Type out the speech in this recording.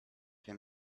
him